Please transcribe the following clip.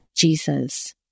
Jesus